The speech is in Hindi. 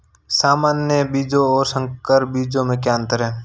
सामान्य बीजों और संकर बीजों में क्या अंतर है?